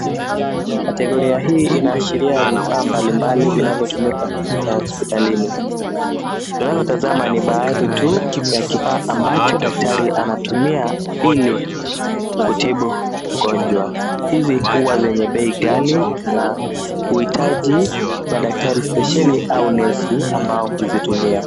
Kategoria hii inaashiria vifaa mbalimbali vinavyotumika katika hospitalini. Tunavyotazama ni baadhi tu ya kifaa ambacho daktari anatumia ili kutibu mgonjwa. Hizi huwa zenye bei ghali na uitaji madaktari spesheli au nesi ambao huzitumia.